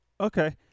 Okay